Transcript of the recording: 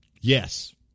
Yes